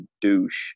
douche